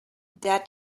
der